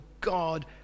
God